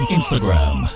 Instagram